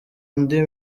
andi